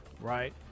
right